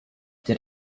did